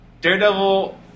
Daredevil